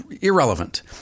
irrelevant